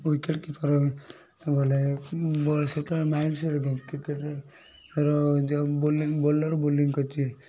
wicket keeper ଭଲଲାଗେ ball mindset game cricket ଯଉ bowling bowler bowling କରୁଛି